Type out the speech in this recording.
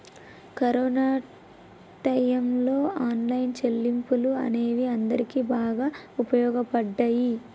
corona టైయ్యంలో online చెల్లింపులు అనేవి అందరికీ బాగా వుపయోగపడ్డయ్యి